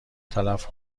تلف